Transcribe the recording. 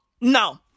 No